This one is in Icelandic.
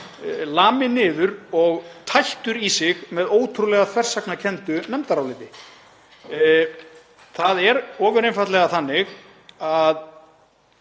laminn niður og tættur í sig með ótrúlega þversagnakenndu nefndaráliti. Það er ofureinfaldlega þannig að